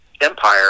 Empire